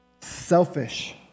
selfish